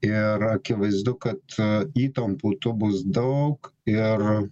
ir akivaizdu kad įtampų tų bus daug ir